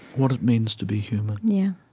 what it means to be human? yeah.